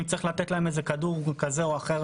אולי צריך לתת להם תרופה כזאת או אחרת